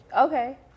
Okay